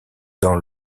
dans